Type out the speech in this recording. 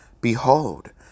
behold